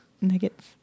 Nuggets